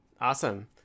Awesome